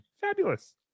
Fabulous